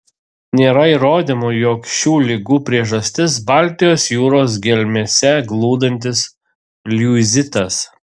nėra įrodymų jog šių ligų priežastis baltijos jūros gelmėse glūdintis liuizitas